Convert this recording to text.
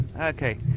Okay